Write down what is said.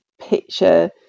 picture